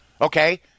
Okay